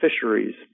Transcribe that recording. fisheries